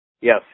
Yes